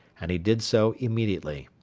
and he did so immediately.